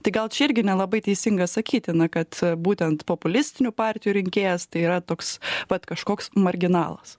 tai gal čia irgi nelabai teisinga sakyti na kad būtent populistinių partijų rinkėjas tai yra toks pat kažkoks marginalas